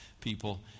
people